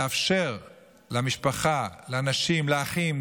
לאפשר למשפחה, לאנשים, גם